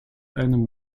einem